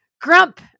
Grump